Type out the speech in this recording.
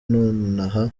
ngo